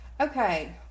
Okay